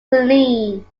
selene